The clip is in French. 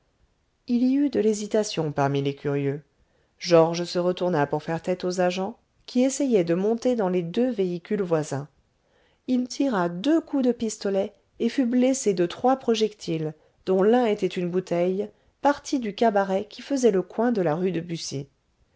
il y eut de l'hésitation parmi les curieux georges se retourna pour faire tête aux agents qui essayaient de monter dans les deux véhicules voisins il tira deux coups de pistolet et fut blessé de trois projectiles dont l'un était une bouteille parti du cabaret qui faisait le coin de la rue de buci